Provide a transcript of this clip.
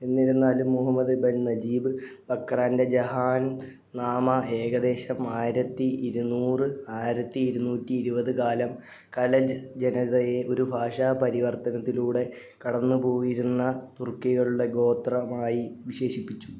എന്നിരുന്നാലും Muhammad ibn Najib ബക്രാന്റെ Jahan Nama ഏകദേശം ആയിരത്തി ഇരുന്നൂറ് ആയിരത്തി ഇരുന്നൂറ്റി ഇരുപത് കാലം ഖലജ് ജനതയെ ഒരു ഭാഷാപരിവര്ത്തനത്തിലൂടെ കടന്നുപോയിരുന്ന തുർക്കികളുടെ ഗോത്രമായി വിശേഷിപ്പിച്ചു